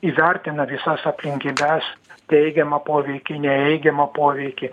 įvertina visas aplinkybes teigiamą poveikį neigiamą poveikį